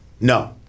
No